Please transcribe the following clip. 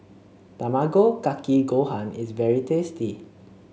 Tamago Kake Gohan is very tasty